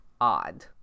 odd